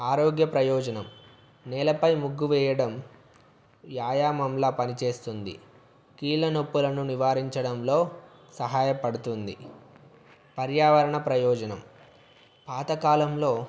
ఆరోగ్య ప్రయోజనం నేలపై ముగ్గు వేయడం వ్యాయాయంలాగ పనిచేస్తుంది కీళ్ళ నొప్పులను నివారించడంలో సహాయపడుతుంది పర్యావరణ ప్రయోజనం పాతకాలంలో